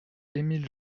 émile